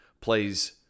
plays